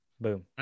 Boom